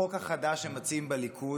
החוק החדש שמציעים בליכוד,